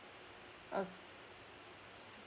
oo